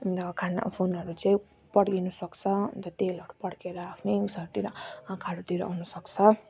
अन्त खाना फोनहरू चाहिँ पड्किन सक्छ अन्त तेलहरू पड्केर आफ्नै उयसहरूतिर आँखाहरूतिर आउन सक्छ